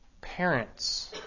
parents